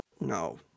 No